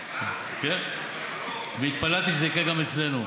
כן, והתפללתי שזה יקרה גם אצלנו.